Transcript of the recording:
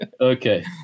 Okay